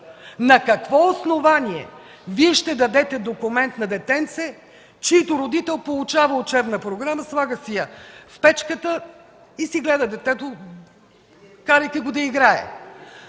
На какво основание Вие ще дадете документ на детенце, чийто родител получава учебна програма, слага си я в печката и си гледа детето, карайки го да играе?